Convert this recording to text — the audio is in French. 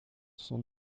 son